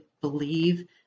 believe